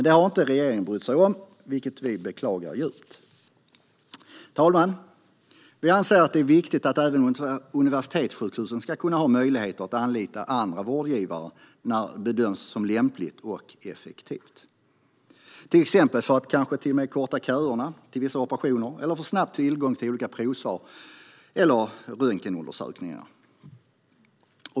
Det har regeringen inte brytt sig om att göra, vilket vi beklagar djupt. Herr talman! Vi anser att det är viktigt att även universitetssjukhusen ska ha möjlighet att anlita andra vårdgivare när det bedöms vara lämpligt och effektivt, till exempel för att korta köerna till vissa operationer eller för att snabbt få tillgång till provsvar eller resultat av röntgenundersökningar.